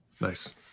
Nice